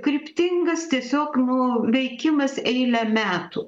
kryptingas tiesiog nu veikimas eilę metų